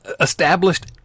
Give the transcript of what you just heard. Established